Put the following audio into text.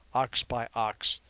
ox by ox,